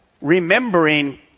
Remembering